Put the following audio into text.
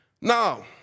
Now